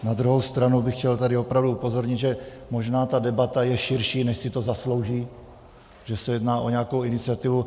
Na druhou stranu bych chtěl tady opravdu upozornit, že možná ta debata je širší, než si to zaslouží, že se jedná o nějakou iniciativu.